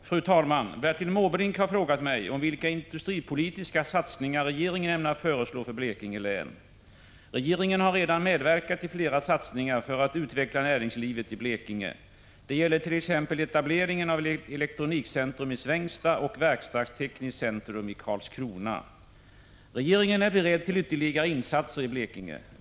Fru talman! Bertil Måbrink har frågat mig om vilka industripolitiska satsningar regeringen ämnar föreslå för Blekinge län. Regeringen har redan medverkat i flera satsningar för att utveckla näringslivet i Blekinge. Det gällert.ex. etableringen av Elektronikcentrum i Svängsta och Verkstadstekniskt centrum i Karlskrona. Regeringen är beredd till ytterligare insatser i Blekinge.